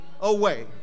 away